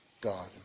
God